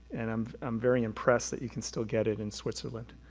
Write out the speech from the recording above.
and i'm um very impressed that you can still get it in switzerland,